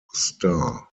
star